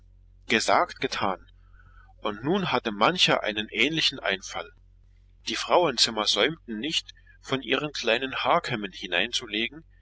gesagt getan und nun hatte mancher einen ähnlichen einfall die frauenzimmer säumten nicht von ihren kleinen haarkämmen hineinzulegen